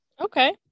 Okay